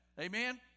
Amen